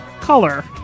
color